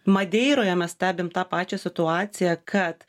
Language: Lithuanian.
madeiroje mes stebim tą pačią situaciją kad